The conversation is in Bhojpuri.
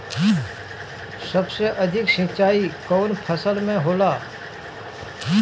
सबसे अधिक सिंचाई कवन फसल में होला?